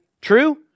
true